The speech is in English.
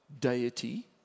deity